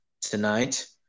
tonight